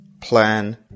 plan